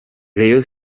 reyo